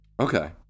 Okay